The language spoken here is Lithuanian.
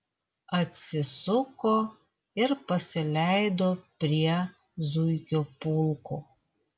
atsisuko ir pasileido prie zuikių pulko